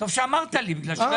טוב שאמרת לי כי לא ידעתי.